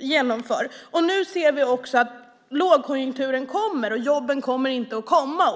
genomför. Nu ser vi också att lågkonjunkturen kommer och att jobben inte kommer att komma.